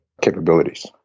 capabilities